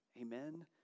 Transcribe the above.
Amen